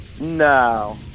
No